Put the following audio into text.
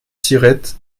siret